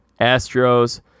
Astros